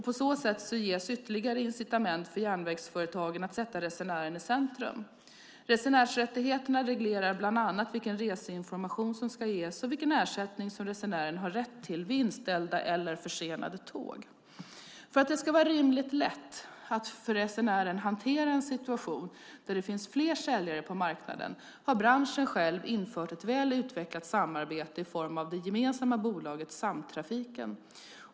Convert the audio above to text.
På så sätt ges ytterligare incitament för järnvägsföretagen att sätta resenären i centrum. Resenärsrättigheterna reglerar bland annat vilken reseinformation som ska ges och vilken ersättning som resenären har rätt till vid inställda eller försenade tåg. För att det ska vara rimligt lätt för resenären att hantera en situation där det finns fler säljare på marknaden har branschen själv infört ett väl utvecklat samarbete i form av det gemensamma bolaget Samtrafiken.